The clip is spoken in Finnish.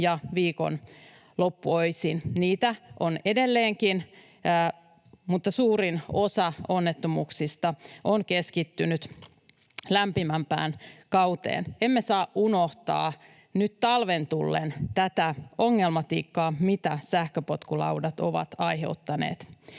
ja viikonloppuöisin. Niitä on edelleenkin, mutta suurin osa onnettomuuksista on keskittynyt lämpimämpään kauteen. Emme saa unohtaa nyt talven tullen tätä ongelmatiikkaa, mitä sähköpotkulaudat ovat aiheuttaneet.